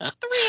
Three